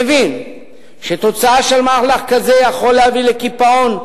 מבין שתוצאה של מהלך כזה יכולה להביא לקיפאון,